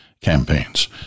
campaigns